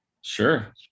sure